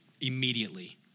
immediately